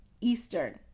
Eastern